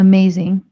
Amazing